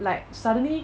like suddenly